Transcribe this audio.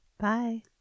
Bye